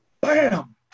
bam